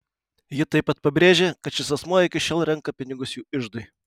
ji taip pat pabrėžė kad šis asmuo iki šiol renka pinigus jų iždui